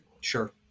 Sure